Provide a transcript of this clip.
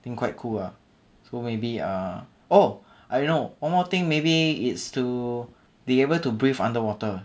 think quite cool ah so maybe uh oh I know one more thing maybe it's to be able to breathe underwater